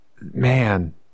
man